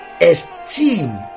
esteem